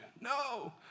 No